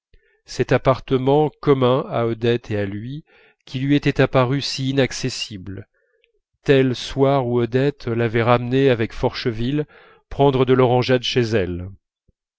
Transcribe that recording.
cet appartement commun à odette et à lui qui lui était apparu si inaccessible tel soir où odette l'avait ramené avec forcheville prendre de l'orangeade chez elle